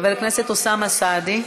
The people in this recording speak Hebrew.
חבר הכנסת אוסאמה סעדי.